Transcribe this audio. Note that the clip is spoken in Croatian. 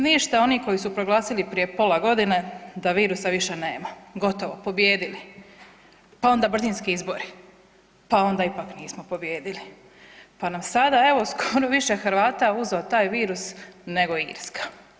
Ništa oni koji su proglasili prije pola godine da virusa više nema, gotovo, pobijedili, pa ona brzinski izbori, pa onda ipak nismo pobijedili, pa nam sada evo skoro više Hrvata uzeo taj virus nego Irska.